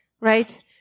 right